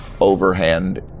overhand